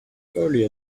earlier